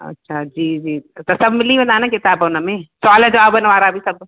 अच्छा जी जी त सभु मिली वेंदा न किताब हुनमें सुवाल जवाबनि वारा बि सभु